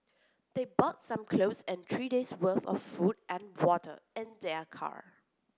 they brought some clothes and three days' worth of food and water in their car